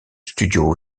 studio